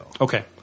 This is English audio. Okay